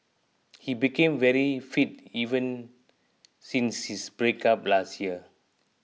he became very fit even since his breakup last year